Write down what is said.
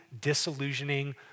disillusioning